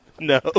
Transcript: No